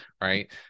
Right